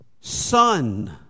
son